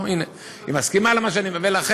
או, הנה, היא מסכימה למה שאני אומר.